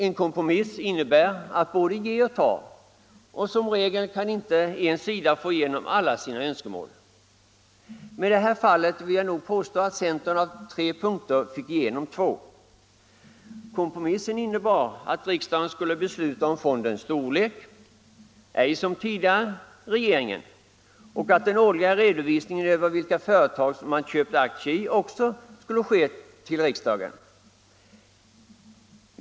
En kompromiss innebär ju att både ge och ta, och som regel kan inte en sida få igenom alla sina önskemål. Men i det här fallet vill jag nog påstå att centern av tre punkter fick igenom två. Kompromissen innebar att riksdagen skulle besluta om fondens storlek, ej som tidigare regeringen, och att den årliga redovisningen över vilka företag man köpt aktier i också skulle ske till riksdagen.